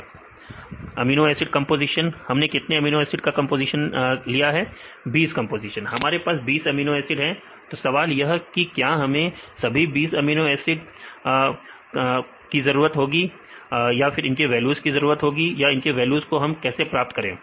विद्यार्थी amino acid amino acid composition हमने कितने कंपोजीशन का इस्तेमाल किया है 20 कंपोजीशन हमारे पास 20 अमीनो एसिड है तो सवाल यह कि क्या हमें सभी 20 अमीनो एसिड कम की जरूरत होगी वैल्यू को प्राप्त करने के लिए